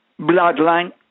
bloodline